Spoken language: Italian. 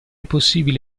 possibile